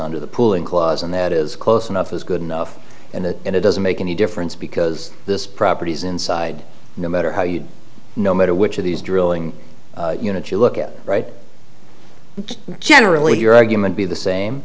under the pooling clause and that is close enough is good enough and it doesn't make any difference because this property is inside no matter how you no matter which of these drilling units you look at right generally your argument be the same